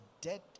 dead